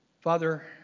Father